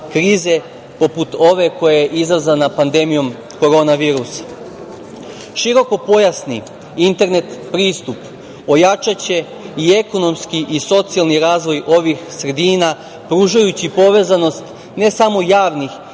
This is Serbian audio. krize, poput ove koja je izazvana pandemijom korona virusa. Širokopojasni internet pristup ojačaće i ekonomski i socijalni razvoj ovih sredina pružajući povezanost ne samo javnih